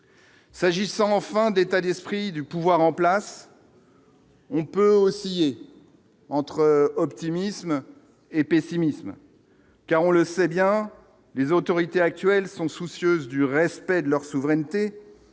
S'agissant enfin l'état d'esprit du pouvoir en place. On peut aussi entre optimisme et pessimisme car on le sait bien, les autorités actuelles sont soucieuses du respect de leur souveraineté